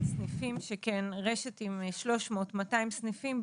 סניפים שכן רשת עם 300 או 200 סניפים,